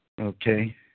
Okay